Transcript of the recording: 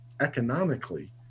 economically